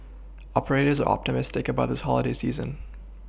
operators optimistic about this holiday season